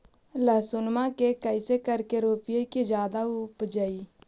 लहसूनमा के कैसे करके रोपीय की जादा उपजई?